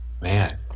Man